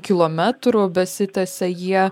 kilometrų besitęsia jie